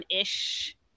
ish